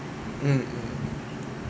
mm mm